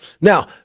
Now